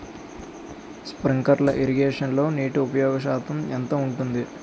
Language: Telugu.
స్ప్రింక్లర్ ఇరగేషన్లో నీటి ఉపయోగ శాతం ఎంత ఉంటుంది?